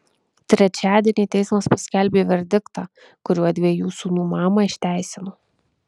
trečiadienį teismas paskelbė verdiktą kuriuo dviejų sūnų mamą išteisino